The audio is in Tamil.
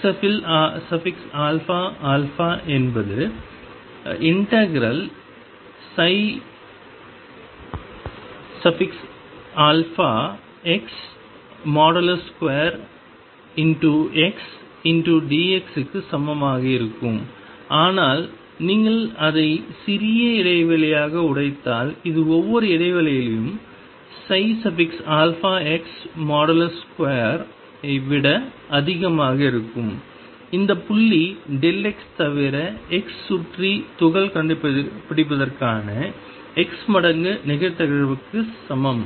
xαα என்பது ∫2xdx க்கு சமமாக இருக்கும் ஆனால் நீங்கள் அதை சிறிய இடைவெளிகளாக உடைத்தால் அது ஒவ்வொரு இடைவெளியிலும் 2 ஐ விட அதிகமாக இருக்கும் அந்த புள்ளி x தவிர x சுற்றி துகள் கண்டுபிடிப்பதற்கான x மடங்கு நிகழ்தகவுக்கு சமம்